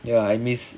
ya I miss